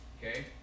Okay